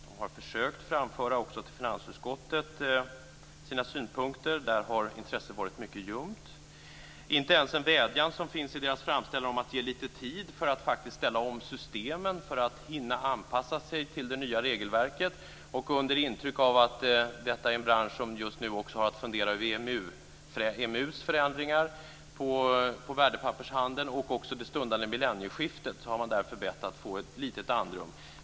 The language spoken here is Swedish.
Man har försökt att framföra synpunkter till finansutskottet. Där har intresset varit ljumt. I deras framställan finns en vädjan om att få lite tid till att ställa om systemen för att hinna anpassa sig till det nya regelverket. Under intryck av att detta är en bransch som just nu också har att fundera över EMU:s förändringar på värdepappershandeln och också inför det stundande millennieskiftet har man bett att få ett litet andrum.